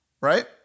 right